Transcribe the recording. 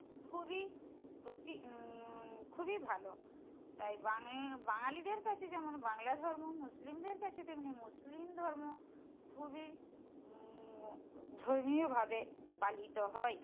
খুবই প্রতি খুবই ভালো তাই বাঙালিদের কাছে যেমন বাংলা ধর্ম মুসলিমদের কাছে তেমনি মুসলিম ধর্ম খুবই ধর্মীয়ভাবে পালিত হয়